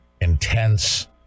intense